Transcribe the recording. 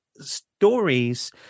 Stories